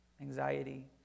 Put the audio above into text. anxiety